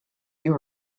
you